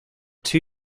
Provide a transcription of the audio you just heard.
two